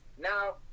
Now